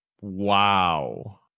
Wow